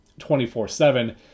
24-7